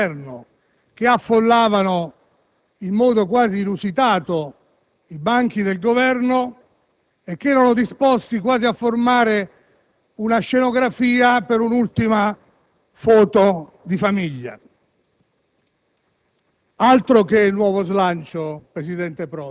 dei colleghi del centro-sinistra, ma anche di molti componenti dell'Esecutivo che affollavano, in modo quasi inusitato, i banchi riservati al Governo, disposti quasi a formare una scenografia per un'ultima foto di famiglia.